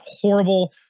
horrible